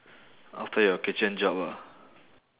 after your kitchen job ah